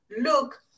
look